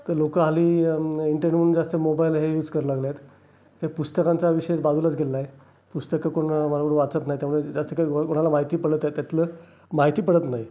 तर लोकं हल्ली अं मं इंटरनेट जास्त मोबाईल हे यूज करू लागले आहेत त्या पुस्तकांचा विषय बाजूलाच गेलेला आहे पुस्तकं कोण बरोबर वाचत नाही त्यामुळे जास्त काही कोणाला कोणाला माहिती पडलं तर त्यातलं माहिती पडत नाही